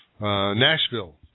Nashville